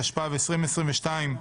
התשפ"ב-2022,